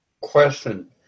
question